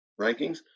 rankings